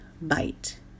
bite